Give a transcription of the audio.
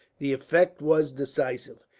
the effect was decisive.